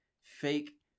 fake